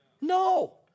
No